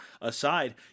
aside